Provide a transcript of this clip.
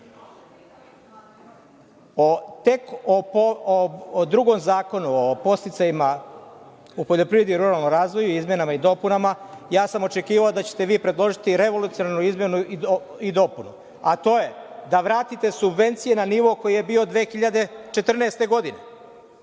drugom Zakonu o podsticajima u poljoprivredi i ruralnom razvoju, izmenama i dopunama, očekivao sam da ćete vi predložiti revolucionarnu izmenu i dopunu, a to je da vratite subvencije na nivo koji je bio 2014. godine.